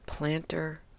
planter